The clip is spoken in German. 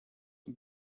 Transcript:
und